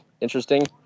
interesting